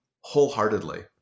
wholeheartedly